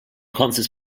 concerts